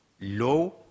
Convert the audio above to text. low